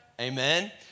amen